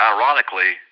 Ironically